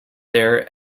there